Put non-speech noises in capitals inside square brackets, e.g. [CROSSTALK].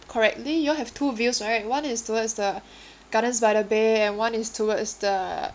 correctly you all have two views right one is towards the [BREATH] gardens by the bay and one is towards the